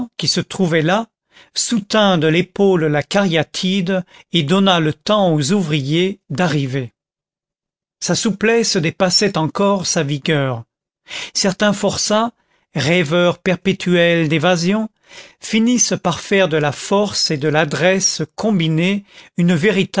qui se trouvait là soutint de l'épaule la cariatide et donna le temps aux ouvriers d'arriver sa souplesse dépassait encore sa vigueur certains forçats rêveurs perpétuels d'évasions finissent par faire de la force et de l'adresse combinées une